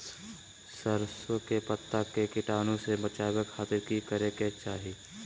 सरसों के पत्ता के कीटाणु से बचावे खातिर की करे के चाही?